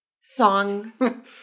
song